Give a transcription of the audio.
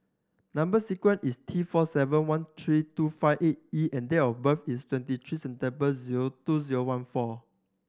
number sequence is T four seven one three two five eight E and date of birth is twenty three September zero two zero one four